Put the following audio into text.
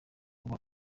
uba